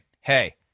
hey